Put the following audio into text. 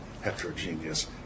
heterogeneous